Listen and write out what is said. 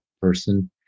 person